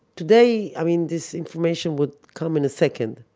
today, i mean, this information would come in a second,